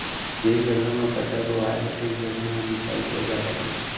जेन जघा म फसल बोवाए हे तेने जघा म मिसाई हो जावत हे